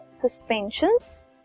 suspensions